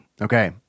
Okay